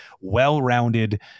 well-rounded